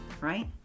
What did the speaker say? right